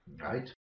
Right